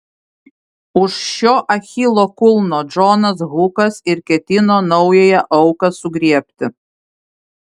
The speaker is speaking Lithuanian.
už šio achilo kulno džonas hukas ir ketino naująją auką sugriebti